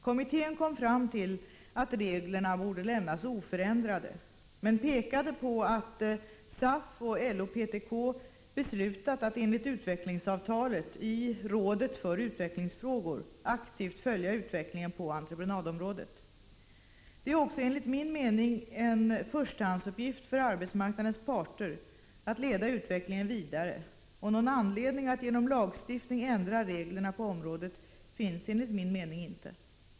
Kommittén kom fram till att reglerna borde lämnas oförändrade men pekade på att SAF och LO/PTK beslutat att enligt utvecklingsavtalet i Rådet för utvecklingsfrågor aktivt följa utvecklingen på entreprenadområdet. Det är också enligt min mening en förstahandsuppgift för arbetsmarknadens parter att leda utvecklingen vidare, och någon anledning att genom lagstiftning ändra reglerna på området finns enligt min mening inte.